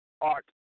art